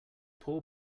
poor